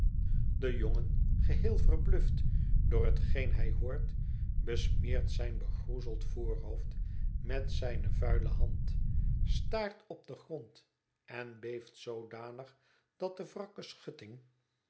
de jongen geheel verbluft door hetgeen hij hoort besmeert zijn begroezeld voorhoofd met zijne vuile hand staart op den grond en beeft zoodanig dat de wrakke schutting